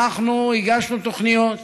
אנחנו הגשנו תוכניות,